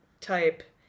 type